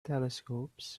telescopes